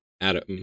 Adam